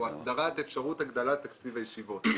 או הסדרת אפשרות הגדלת תקציב הישיבות.